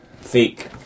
fake